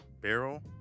Barrel